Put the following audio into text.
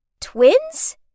twins